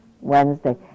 Wednesday